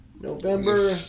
November